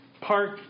Park